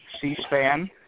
C-SPAN